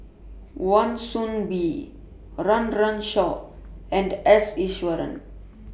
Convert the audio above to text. Wan Soon Bee Run Run Shaw and S Iswaran